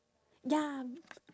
ya